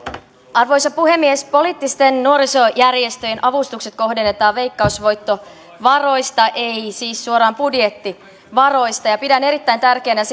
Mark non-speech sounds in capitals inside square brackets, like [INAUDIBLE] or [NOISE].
arvoisa puhemies poliittisten nuorisojärjestöjen avustukset kohdennetaan veikkausvoittovaroista ei siis suoraan budjettivaroista ja pidän erittäin tärkeänä [UNINTELLIGIBLE]